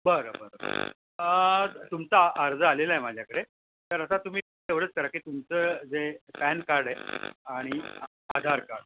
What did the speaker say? बरं बरं तुमचा अर्ज आलेला आहे माझ्याकडे तर आता तुम्ही एवढंच करा की तुमचं जे पॅन कार्ड आहे आणि आधार कार्ड